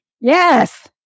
Yes